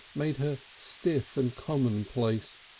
made her stiff and commonplace,